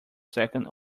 second